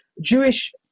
Jewish